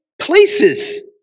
places